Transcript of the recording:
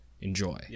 enjoy